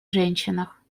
женщинах